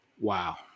wow